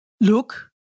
Look